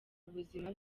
ubuzima